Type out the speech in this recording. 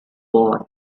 boy